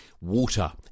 Water